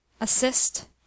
assist